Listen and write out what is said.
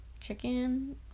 chicken